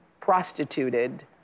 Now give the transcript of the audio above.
prostituted